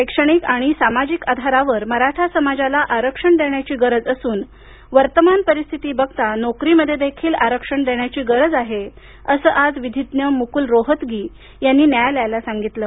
शैक्षणिक आणि सामाजिक आधारावर मराठा समाजाला आरक्षण देण्याची गरज असून वर्तमान परिस्थिती बघता नोकरीमध्ये देखील आरक्षण देण्याची गरज आहे असं आज विधीज्ञ मुकुल रोहतगी यांनी न्यायालयाला सांगितलं